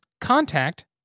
contact